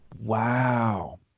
Wow